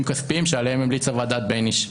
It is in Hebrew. כספיים שעליה המליצה ועדת בייניש.